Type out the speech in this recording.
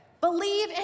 believe